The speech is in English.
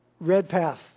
Redpath